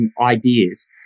ideas